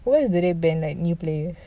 what is the new ban like new players